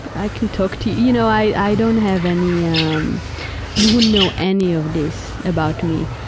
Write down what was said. but i can talk to, you know, i don't have any, and um you wouldn't know any of this about me.